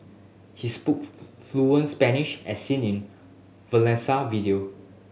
he spoke fluent Spanish as seen in Valencia video